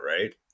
right